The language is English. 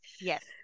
yes